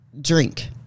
drink